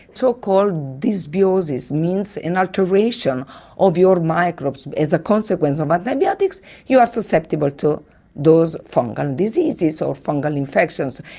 so-called dysbiosis, means an alteration of your microbes as a consequence of um but antibiotics, you are susceptible to those fungal diseases or fungal infections.